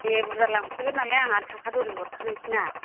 दे बुरजा लांफैगोन नालाय आं आथ थाखा दरै हरखानोसै ना